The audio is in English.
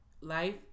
life